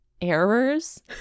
errors